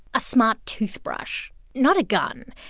a smart toothbrush, not a gun.